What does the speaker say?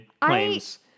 claims